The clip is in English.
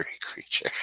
creature